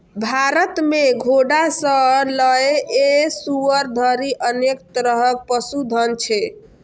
भारत मे घोड़ा सं लए कए सुअर धरि अनेक तरहक पशुधन छै